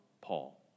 Paul